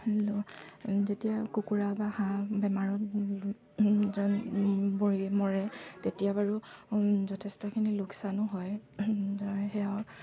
আৰু যেতিয়া কুকুৰা বা হাঁহ বেমাৰত যদি পৰি মৰে তেতিয়া বাৰু যথেষ্টখিনি লোকচানো হয় সেয়া